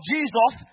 Jesus